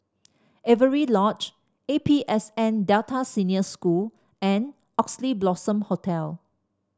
Avery Lodge A P S N Delta Senior School and Oxley Blossom Hotel